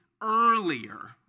earlier